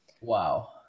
Wow